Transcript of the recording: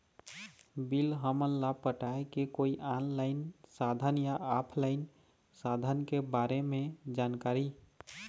Bill हमन ला पटाए के कोई ऑनलाइन साधन या ऑफलाइन साधन के बारे मे जानकारी?